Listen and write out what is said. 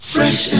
Fresh